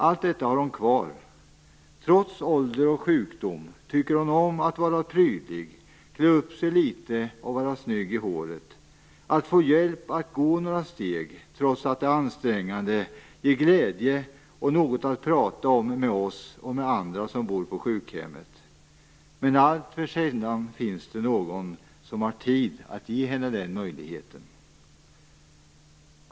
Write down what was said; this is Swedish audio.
Allt detta har hon kvar. Trots ålder och sjukdom tycker hon om att vara prydlig, klä upp sig litet och vara snygg i håret. Att få hjälp med att gå några steg, trots att det är ansträngande, ger glädje och något att prata om med oss och med andra som bor på sjukhemmet. Men alltför sällan finns det någon som har tid att ge henne den möjligheten.